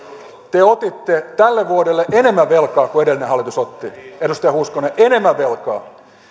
te otitte tälle vuodelle enemmän velkaa kuin edellinen hallitus otti edustaja hoskonen enemmän velkaa